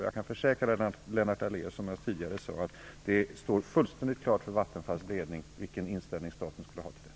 Jag kan försäkra Lennart Daléus, som jag tidigare sade, att det står fullständigt klart för Vattenfalls ledning vilken inställning staten skulle ha till det.